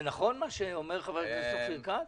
זה נכון מה שאומר חבר הכנסת אופיר כץ?